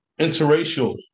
interracial